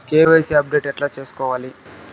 KYC update ఎట్లా సేసుకోవాలి?